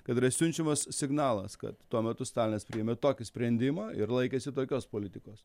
kad yra siunčiamas signalas kad tuo metu stalinas priėmė tokį sprendimą ir laikėsi tokios politikos